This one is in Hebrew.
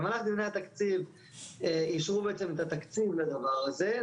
במהלך דיוני התקציב ישבו בצוות על הדבר זה,